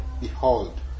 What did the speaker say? behold